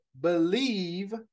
believe